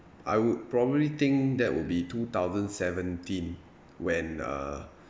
I would probably think that would be two thousand seventeen when uh